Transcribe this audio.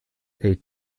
eight